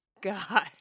God